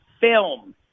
Film